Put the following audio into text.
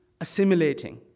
assimilating